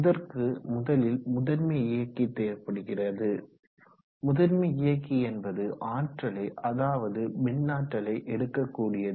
இதற்கு முதலில் முதன்மை இயக்கி தேவைப்படுகிறது முதன்மை இயக்கி என்பது ஆற்றலை அதாவது மின்னாற்றலை எடுக்ககூடியது